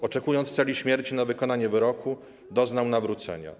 Oczekując w celi śmierci na wykonanie wyroku, doznał nawrócenia.